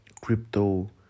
crypto